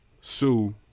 Sue